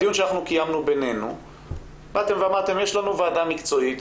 בדיון שקיימנו בינינו באתם ואמרתם 'יש לנו ועדה מקצועית,